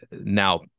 Now